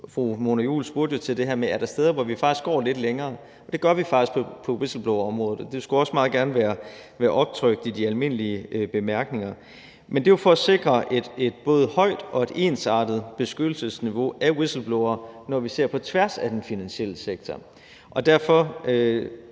Fru Mona Juul spurgte jo til det her med, om der er steder, hvor vi faktisk går lidt længere, og det gør vi faktisk på whistleblowerområdet, og det skulle også meget gerne være optrykt i de almindelige bemærkninger. Det er for at sikre et både højt og ensartet beskyttelsesniveau af whistleblowere, når vi ser på tværs af den finansielle sektor, og derfor